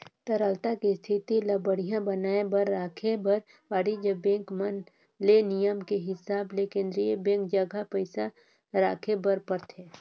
तरलता के इस्थिति ल बड़िहा बनाये बर राखे बर वाणिज्य बेंक मन ले नियम के हिसाब ले केन्द्रीय बेंक जघा पइसा राखे बर परथे